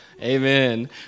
amen